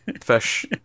fish